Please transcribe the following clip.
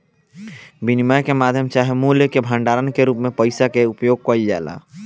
विनिमय के माध्यम चाहे मूल्य के भंडारण के रूप में पइसा के उपयोग कईल जाला